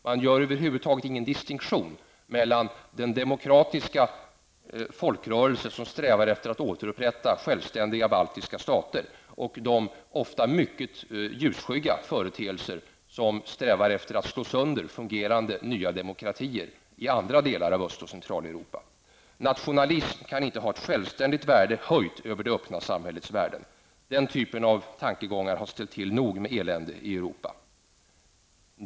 Man gör över huvud taget ingen distinktion mellan den demokratiska folkrörelse som strävar efter att återupprätta självständiga baltiska stater och de ofta mycket ljusskygga företeelser soms trävar efter att slå sönder fungerande nya demokratier i andra delar av Öst och Centraleuropa. Nationalism kan inte ha ett självständigt värde höjt över det öppna samhällets värden. Den typen av tankegångar har ställt till nog med elände i Europa.